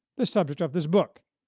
the subject of this book,